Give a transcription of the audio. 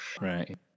Right